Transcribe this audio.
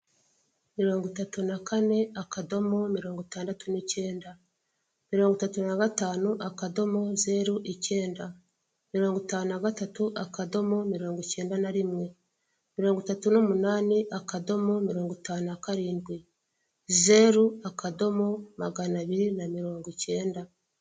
Mirongo itatu na kane, akadomo, mirongo itandatu n'icyenda. Mirongo itatu na gatanu, akadomo, zeru, icyenda. Mirongo itanu na gatatu, akadomo, mirongo icyenda na rimwe. Mirongo itatu n'umunane, akadomo, mirongo itanu na karindwi. Zeru, akadomo, magana abiri na mirongo icyenda.